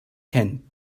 can